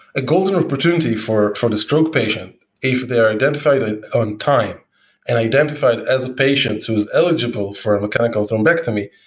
a golden opportunity for for the stroke patient if they are identified on time and identified as a patient who is eligible for a mechanical thrombectomy.